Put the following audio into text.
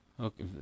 Okay